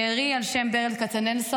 בארי, על שם ברל כצנלסון.